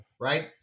right